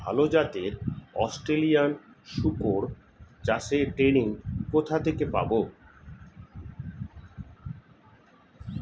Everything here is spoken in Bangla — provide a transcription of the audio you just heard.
ভালো জাতে অস্ট্রেলিয়ান শুকর চাষের ট্রেনিং কোথা থেকে পাব?